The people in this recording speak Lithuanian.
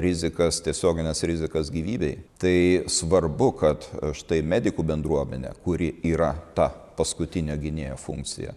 rizikas tiesiogines rizikas gyvybei tai svarbu kad štai medikų bendruomenė kuri yra ta paskutinio gynėjo funkcija